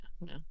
No